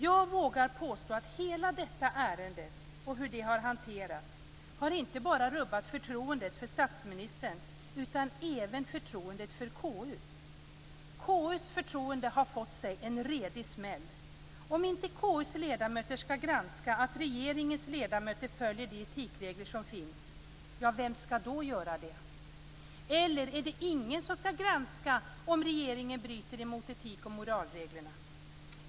Jag vågar påstå att hela detta ärende och hur det har hanterats inte bara har rubbat förtroendet för statsministern utan även förtroendet för KU. KU:s förtroende har fått sig en redig smäll. Om inte KU:s ledamöter skall granska att regeringens ledamöter följer de etikregler som finns - ja, vem skall då göra det? Eller är det ingen som skall granska om regeringen bryter mot etik och moralreglerna?